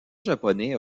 japonais